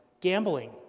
gambling